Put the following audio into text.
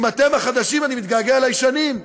אם אתם החדשים, אני מתגעגע לישנים.